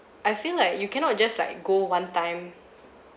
I feel like you cannot just like go one time